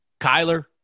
Kyler